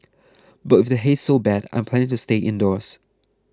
but with the haze so bad I'm planning to stay indoors